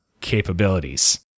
capabilities